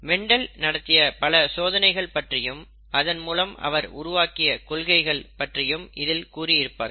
mental நடத்திய பல சோதனைகள் பற்றியும் அதன் மூலம் அவர் உருவாக்கிய கொள்கைகள் பற்றியும் அதில் கூறியிருப்பார்கள்